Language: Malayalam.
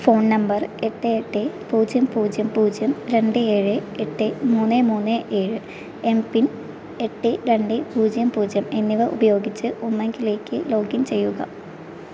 ഫോൺ നമ്പർ എട്ട് എട്ട് പൂജ്യം പൂജ്യം പൂജ്യം രണ്ട് ഏഴ് എട്ട് മൂന്ന് മൂന്ന് ഏഴ് എം പിൻ എട്ട് രണ്ട് രണ്ട് പൂജ്യം പൂജ്യം എന്നിവ ഉപയോഗിച്ച് ഉമാങ്ലേക്ക് ലോഗിൻ ചെയ്യുക